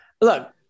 Look